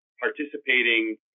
participating